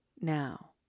now